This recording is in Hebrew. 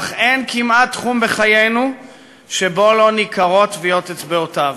אך אין כמעט תחום בחיינו שלא ניכרות בו טביעות אצבעותיו.